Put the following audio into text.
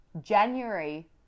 January